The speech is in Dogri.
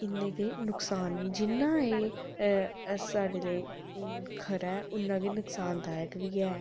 इन्ने गै नुक्सान न जिन्ना एह् अ साढ़े लेई खरा ऐ उन्ना गै नुक्सानदायक बी है